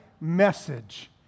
message